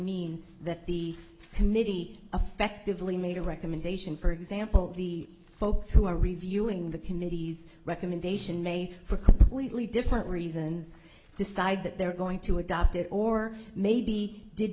mean that the committee effectively made a recommendation for example the folks who are reviewing the committee's recommendation may for completely different reasons decide that they're going to adopt it or maybe did